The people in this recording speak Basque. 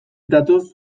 datoz